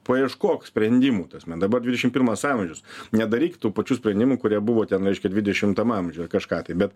paieškok sprendimų tasme dabar dvidešim pirmas amžius nedaryk tų pačių sprendimų kurie buvo ten reiškia dvidešimtam amžiui ar kažką tai bet